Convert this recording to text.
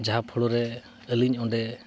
ᱡᱟᱦᱟᱸ ᱯᱷᱳᱲᱳ ᱨᱮ ᱟᱹᱞᱤᱧ ᱚᱸᱰᱮ